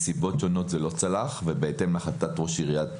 מסיבות שונות זה לא צלח ובהתאם להחלטת ראש עיריית ירושלים,